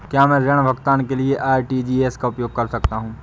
क्या मैं ऋण भुगतान के लिए आर.टी.जी.एस का उपयोग कर सकता हूँ?